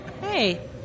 Hey